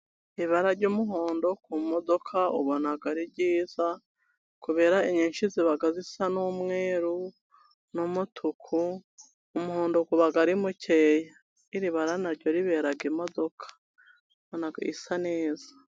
Ibara ry'umuhondo ku modoka ubona ari ryiza, kubera inyinshi ziba zisa n'umwe n'umutuku, umuhondo uba ari mukeya. Iri bara na ryo ribera imodoka. Mbona isa neza.